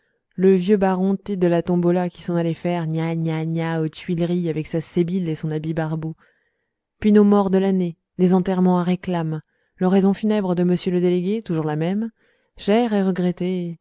le vieux baron t de la tombola s'en allant faire gna gna gna aux tuileries avec sa sébile et son habit barbeau puis nos morts de l'année les enterrements à réclames l'oraison funèbre de monsieur le délégué toujours la même cher